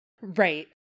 Right